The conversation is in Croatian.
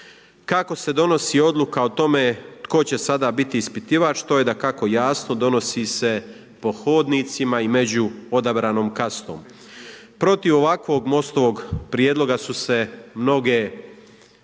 Kako se donosi odluka o tome tko će sada biti ispitivač, to je dakako, jasno, donosi se po hodnicima i među odabranom kastom. Protiv ovakvog MOST-ovog prijedloga su se mnoge